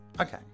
okay